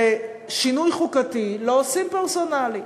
ושינוי חוקתי לא עושים פרסונלי,